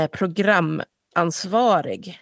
programansvarig